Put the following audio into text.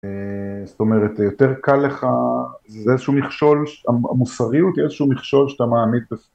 זאת אומרת יותר קל לך, זה איזשהו מכשול, המוסריות היא איזשהו מכשול שאתה מעמיד ב...